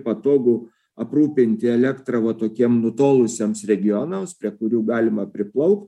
patogu aprūpinti elektra va tokiem nutolusiems regionams prie kurių galima priplaukt